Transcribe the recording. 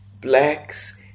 blacks